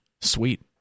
sweet